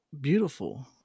beautiful